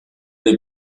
les